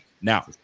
Now